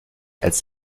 als